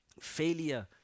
Failure